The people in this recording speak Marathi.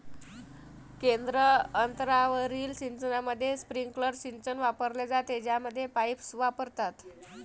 केंद्र अंतरावरील सिंचनामध्ये, स्प्रिंकलर सिंचन वापरले जाते, ज्यामध्ये पाईप्स वापरतात